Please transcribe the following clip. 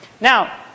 Now